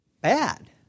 bad